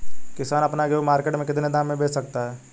किसान अपना गेहूँ मार्केट में कितने दाम में बेच सकता है?